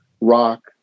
rock